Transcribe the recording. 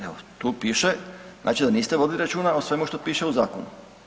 Evo, tu piše znači da niste vodili računa o svemu što piše u zakonu.